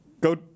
Go